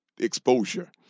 exposure